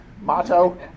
motto